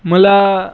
मला